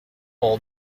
all